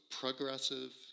progressive